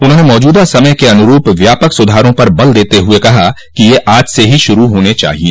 उन्होंने मौजूदा समय के अनुरूप व्यापक सुधारों पर बल देते हुए कहा कि ये आज से ही शुरू होने चाहिए